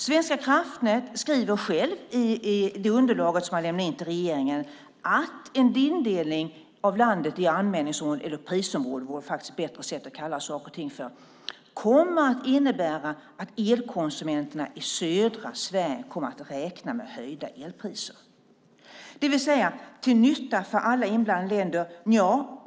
Svenska kraftnät skriver självt i det underlag som lämnats in till regeringen att en indelning av landet i anmälningsområden eller prisområden - prisområden vore en bättre benämning - kommer att innebära att elkonsumenterna i södra Sverige får räkna med höjda elpriser, det vill säga till nytta för alla inblandade länder.